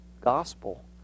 gospel